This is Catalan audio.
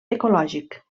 ecològic